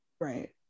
Right